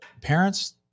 parents